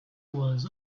was